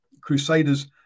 Crusaders